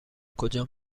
کجا